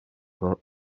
vingts